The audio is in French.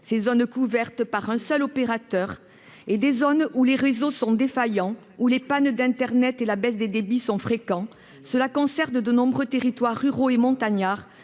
ces zones couvertes par un seul opérateur, ni à celle des zones où les réseaux sont défaillants et où les pannes d'internet et la baisse des débits sont fréquentes. Cela concerne de nombreux territoires ruraux et montagnards,